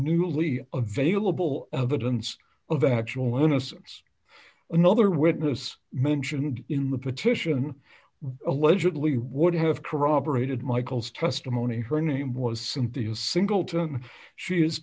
newly available evidence of actual innocence another witness mentioned in the petition was allegedly would have corroborated michael's testimony her name was cynthia singleton she